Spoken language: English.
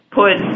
put